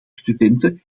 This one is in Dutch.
studenten